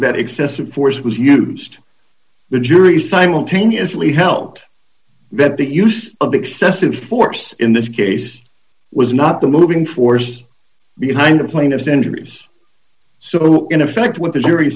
that excessive force was used the jury simultaneously helped that the use of excessive force in this case was not the moving force behind a plaintiff centers so in effect what the jury